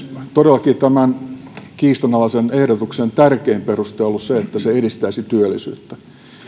todellakin tämän kiistanalaisen ehdotuksen tärkein peruste on ollut se että se edistäisi työllisyyttä